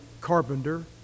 carpenter